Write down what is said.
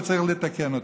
וצריך לתקן אותו.